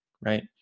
right